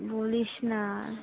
বলিস না আর